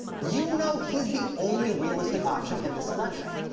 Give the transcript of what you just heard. you know he's the only realistic option in this election.